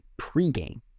pregame